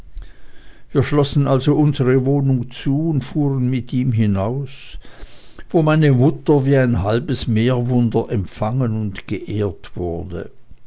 wir schlossen also unsere wohnung zu und fuhren mit ihm hinaus wo meine mutter wie ein halbes meerwunder empfangen und geehrt wurde